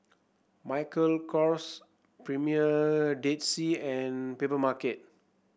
Michael Kors Premier Dead Sea and Papermarket